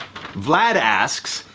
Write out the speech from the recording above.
vlad asks,